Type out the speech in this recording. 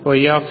i